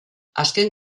azken